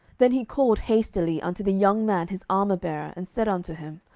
then he called hastily unto the young man his armourbearer, and said unto him,